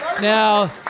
Now